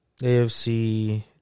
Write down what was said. AFC